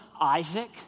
Isaac